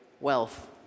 wealth